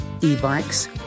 e-bikes